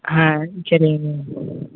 ஆ சரிங்க மேம்